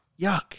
Yuck